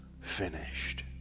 finished